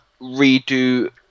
redo